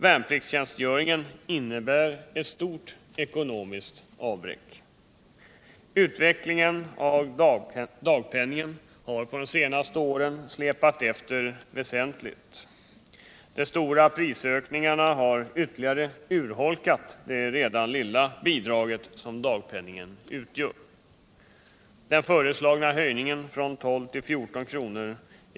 Värnpliktstjänstgöringen innebär ett stort ekonomiskt avbräck. Utvecklingen av dagpenningen har på de senaste åren släpat efter väsentligt. De stora prisökningarna har ytterligare urholkat det redan lilla bidrag som dagpenningen utgör. Den föreslagna höjningen från 12 till 14 kr.